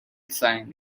sign